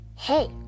Hey